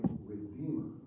Redeemer